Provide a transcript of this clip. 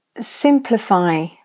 simplify